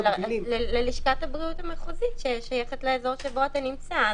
ללשכת הבריאות המחוזית ששייכת לאזור בו אתה נמצא.